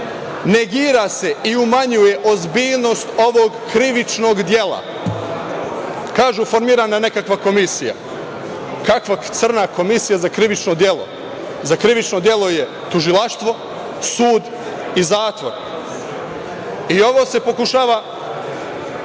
negira se i umanjuje ozbiljnost ovog krivičnog dela, kažu – formirana je nekakva komisija. Kakva crna komisija za krivično delo? Za krivično delo je tužilaštvo, sud i zatvor i ovo se pokušava